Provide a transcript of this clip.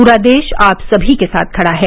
पूरा देश आप सभी के साथ खड़ा है